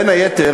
בין היתר,